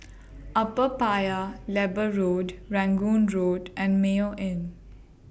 Upper Paya Lebar Road Rangoon Road and Mayo Inn